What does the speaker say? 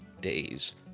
days